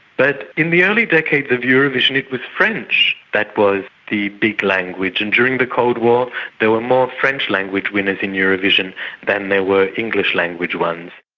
but in the early decades of eurovision it was french that was the big language, and during the cold war there were more french language winners in eurovision than there were english language ones.